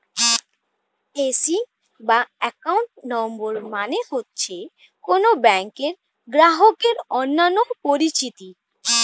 AC বা account number মানে হচ্ছে কোন ব্যাংকের গ্রাহকের অন্যান্য পরিচিতি